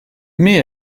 mais